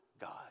God